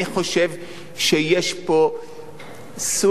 אני חושב שיש פה סוג,